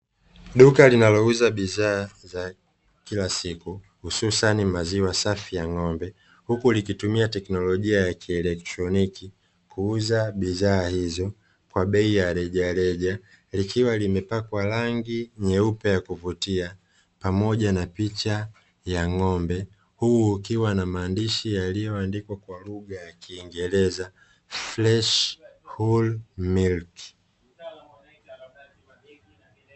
Duka linalouza bidhaa za kila siku, hususani maziwa safi ya ng'ombe, huku likitumia teknolojia ya kielektroniki kuuza bidhaa hizo kwa bei ya rejareja. Ikiwa limepakwa rangi nyeupe ya kuvutia pamoja na picha ya ng'ombe, huku kukiwa na maandishi yaliyoandikwa kwa lugha ya kiingereza "FRESH WHOLE MILK".